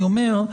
אני אומר,